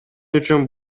үчүн